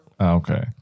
Okay